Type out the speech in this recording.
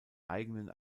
eigenen